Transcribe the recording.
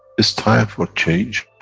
it's time for a change,